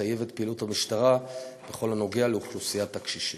לטייב את פעילות המשטרה בכל הנוגע לאוכלוסיית הקשישים.